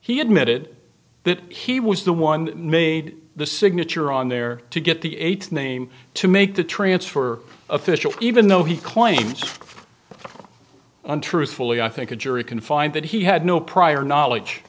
he admitted that he was the one made the signature on there to get the eight name to make the transfer official even though he claims untruthfully i think a jury can find that he had no prior knowledge